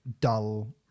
dull